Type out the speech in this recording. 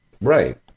right